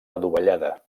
adovellada